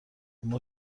اما